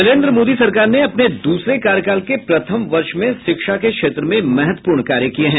नरेन्द्र मोदी सरकार ने अपने दूसरे कार्यकाल के प्रथम वर्ष में शिक्षा के क्षेत्र में महत्वपूर्ण कार्य किये हैं